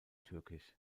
türkisch